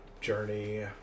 journey